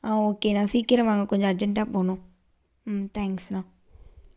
ஆ okay அண்ணா சீக்கரம் வாங்கம் கொஞ்சம் அர்ஜென்டாக போணும் ம் தேங்க்ஸ் அண்ணா